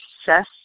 success